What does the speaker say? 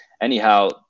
anyhow